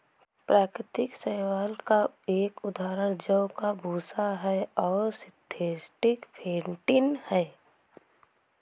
प्राकृतिक शैवाल का एक उदाहरण जौ का भूसा है और सिंथेटिक फेंटिन है